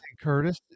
Curtis